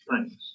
Thanks